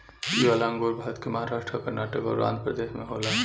इ वाला अंगूर भारत के महाराष्ट् आ कर्नाटक अउर आँध्रप्रदेश में होला